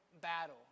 battle